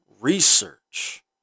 research